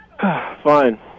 Fine